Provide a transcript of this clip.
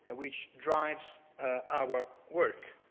and which drives our work.